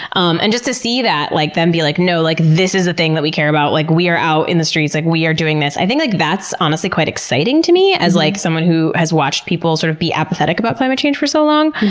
um and just to see that, like them be like, no, like this is a thing that we care about. like we are out in the streets, like we are doing this. i think like that's honestly quite exciting to me as like someone who has watched people, sort of, be apathetic about climate change for so long.